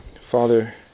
Father